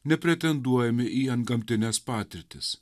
nepretenduojame į antgamtines patirtis